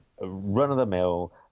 run-of-the-mill